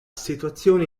situazione